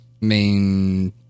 main